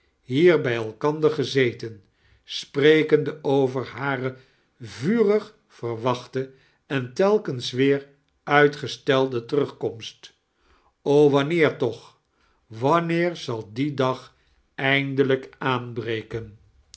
hier bij elkander geaeten sprekende aver hare vurig vea-wachte en telkens weer uitgestelde terugkomist o wanneer toch wanneer zal dde dag edndelijk aanbreken